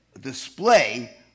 display